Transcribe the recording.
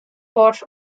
pot